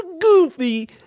goofy